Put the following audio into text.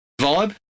vibe